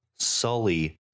Sully